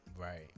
Right